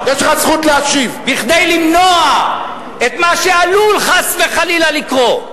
כדי למנוע את מה שעלול, חס וחלילה, לקרות.